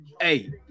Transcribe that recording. hey